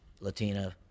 Latina